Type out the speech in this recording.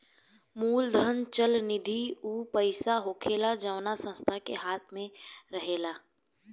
मूलधन चल निधि ऊ पईसा होखेला जवना संस्था के हाथ मे रहेला